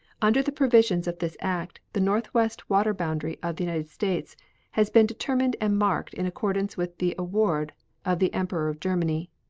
under the provisions of this act the northwest water boundary of the united states has been determined and marked in accordance with the award of the emperor of germany.